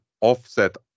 offset